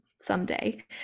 someday